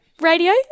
radio